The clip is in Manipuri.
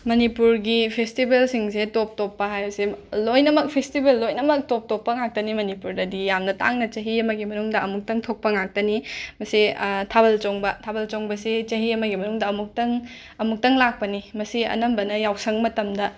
ꯃꯅꯤꯄꯨꯔꯒꯤ ꯐꯦꯁꯇꯤꯕꯦꯜꯁꯤꯡꯖꯦ ꯇꯣꯞ ꯇꯣꯞꯄ ꯍꯥꯏꯕꯁꯦ ꯂꯣꯏꯅꯃꯛ ꯐꯦꯁꯇꯤꯕꯦꯜ ꯂꯣꯏꯅꯃꯛ ꯇꯣꯞ ꯇꯣꯞꯄ ꯉꯥꯛꯇꯅꯤ ꯃꯅꯤꯄꯨꯔꯗꯗꯤ ꯌꯥꯝꯅ ꯇꯥꯡꯅ ꯆꯍꯤ ꯑꯃꯒꯤ ꯃꯅꯨꯡꯗ ꯑꯃꯨꯛꯇꯪ ꯊꯣꯛꯄ ꯉꯥꯛꯇꯅꯤ ꯃꯁꯦ ꯊꯥꯕꯜ ꯆꯣꯡꯕ ꯊꯥꯕꯜ ꯆꯣꯡꯕꯁꯤ ꯆꯍꯤ ꯑꯃꯩ ꯃꯅꯨꯡꯗ ꯑꯃꯨꯛꯇꯪ ꯑꯃꯨꯛꯇꯪ ꯂꯥꯛꯄꯅꯤ ꯃꯁꯤ ꯑꯅꯝꯕꯅ ꯌꯥꯎꯁꯪ ꯃꯇꯝꯗ